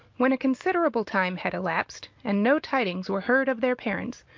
when a considerable time had elapsed, and no tidings were heard of their parents,